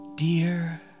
Dear